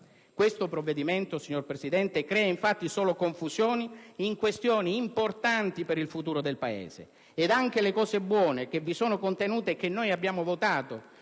Questo provvedimento, signor Presidente, crea infatti solo confusione in questioni importanti per il futuro del Paese ed anche le cose buone che vi sono contenute e che noi abbiamo votato